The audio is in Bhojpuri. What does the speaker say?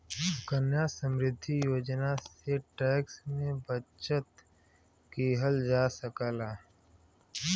सुकन्या समृद्धि योजना से टैक्स में बचत किहल जा सकला